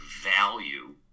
value